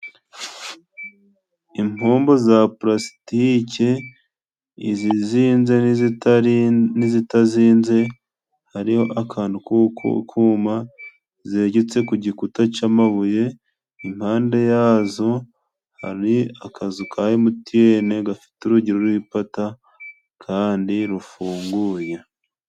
Impombo za pulasitike, izizinze n'izitazinze, hariho akantu ku kuma zegetse ku gikuta c'amabuye, impande yazo hari akazu ka Emutiyene gafite urugi ruriho ipata kandi rufunguye.